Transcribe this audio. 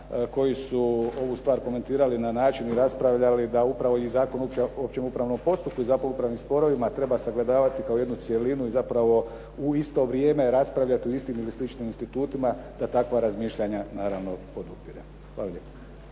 koji su ovu stvar komentirali na način i raspravljali da upravo i Zakon o općem upravnom postupku i Zakon o upravnim sporovima treba sagledavati kao jednu cjelinu i zapravo u isto vrijeme raspravljati u istim ili sličnim institutima da takva razmišljanja naravno podupirem. Hvala lijepo.